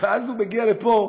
ואז הוא מגיע לפה